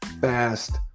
fast